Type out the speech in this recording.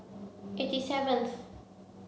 eighty seventh